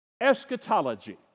eschatology